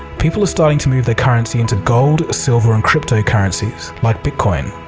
people are starting to move their currency into gold, silver and crypto-currencies like bitcoin.